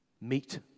meet